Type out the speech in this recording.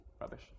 rubbish